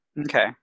Okay